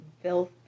filth